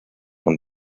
von